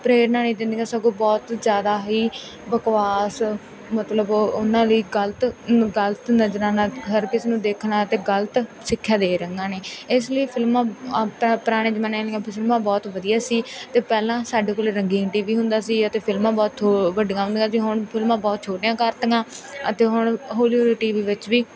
ਪ੍ਰੇਰਨਾ ਨਹੀਂ ਦਿੰਦੀਆਂ ਸਗੋਂ ਬਹੁਤ ਜ਼ਿਆਦਾ ਹੀ ਬਕਵਾਸ ਮਤਲਬ ਉਹ ਉਹਨਾਂ ਲਈ ਗਲਤ ਗਲਤ ਨਜ਼ਰਾਂ ਨਾਲ ਹਰ ਕਿਸੇ ਨੂੰ ਦੇਖਣਾ ਅਤੇ ਗਲਤ ਸਿੱਖਿਆ ਦੇ ਰਹੀਆਂ ਨੇ ਇਸ ਲਈ ਫਿਲਮਾਂ ਅ ਪ ਪੁਰਾਣੇ ਜ਼ਮਾਨੇ ਦੀਆਂ ਫਿਲਮਾਂ ਬਹੁਤ ਵਧੀਆ ਸੀ ਅਤੇ ਪਹਿਲਾਂ ਸਾਡੇ ਕੋਲ ਰੰਗੀਨ ਟੀ ਵੀ ਹੁੰਦਾ ਸੀ ਅਤੇ ਫਿਲਮਾਂ ਬਹੁਤ ਥੋ ਵੱਡੀਆਂ ਹੁੰਦੀਆਂ ਸੀ ਹੁਣ ਫਿਲਮਾਂ ਬਹੁਤ ਛੋਟੀਆਂ ਕਰਤੀਆਂ ਅਤੇ ਹੁਣ ਹੌਲੀ ਹੌਲੀ ਟੀ ਵੀ ਵਿੱਚ ਵੀ